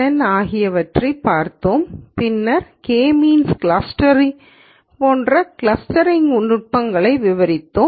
என் ஆகியவற்றைப் பார்த்தோம் பின்னர் கே மீன்ஸ் க்ளஸ்டரிங் போன்ற கிளஸ்டரிங் நுட்பங்களையும் விவரித்தோம்